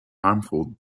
harmful